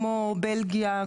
כמו בלגיה,